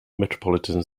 metropolitan